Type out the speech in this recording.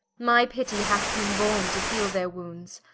my pittie hath beene balme to heale their wounds,